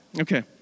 Okay